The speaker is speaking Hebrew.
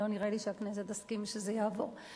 לא נראה לי שהכנסת תסכים שזה יעבור,